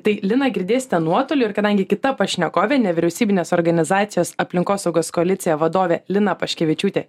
tai liną girdėsite nuotoliu ir kadangi kita pašnekovė nevyriausybinės organizacijos aplinkosaugos koalicija vadovė lina paškevičiūtė